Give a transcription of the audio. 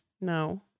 No